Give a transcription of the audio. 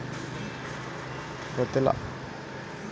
Place ಅಂದ್ರೆ ಯಾವ್ತರ ಇರ್ತಾರೆ?